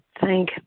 thank